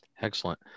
Excellent